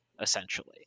essentially